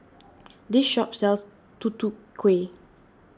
this shop sells Tutu Kueh